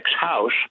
house